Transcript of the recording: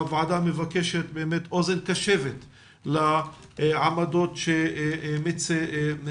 הוועדה מבקשת אוזן קשבת לעמדות שמציגים